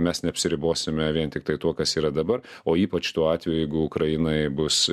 mes neapsiribosime vien tiktai tuo kas yra dabar o ypač tuo atveju jeigu ukrainoj bus